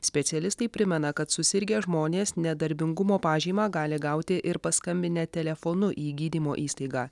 specialistai primena kad susirgę žmonės nedarbingumo pažymą gali gauti ir paskambinę telefonu į gydymo įstaigą